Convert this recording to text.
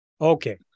Okay